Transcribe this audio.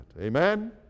Amen